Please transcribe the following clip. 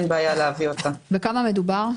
בכמה מדובר?